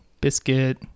biscuit